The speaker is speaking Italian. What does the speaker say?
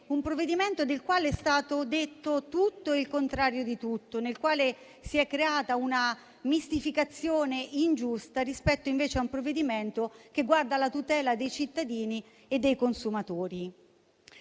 un provvedimento del quale è stato detto tutto e il contrario di tutto e sul quale si è creata una mistificazione ingiusta rispetto a un provvedimento che invece guarda alla tutela dei cittadini e dei consumatori.